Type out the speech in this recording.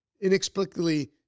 inexplicably